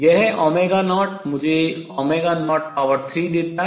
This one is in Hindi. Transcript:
यह 0 मुझे 03 देता है